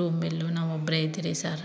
room bill ನಾವು ಒಬ್ಬರೇ ಇದ್ದೀವಿ ಸರ್